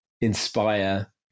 inspire